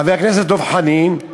חבר הכנסת דב חנין,